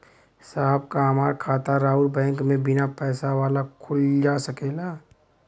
साहब का हमार खाता राऊर बैंक में बीना पैसा वाला खुल जा सकेला?